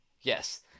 Yes